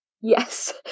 Yes